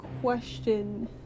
question